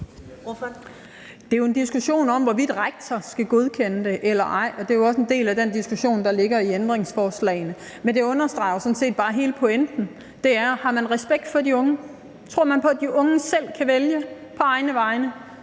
Det er en diskussion om, hvorvidt rektor skal godkende det eller ej, og det er jo en del af den diskussion, der ligger i ændringsforslagene. Men det understreger sådan set bare hele pointen, altså om man har respekt for de unge. Tror man på, at de unge selv kan vælge på egne vegne?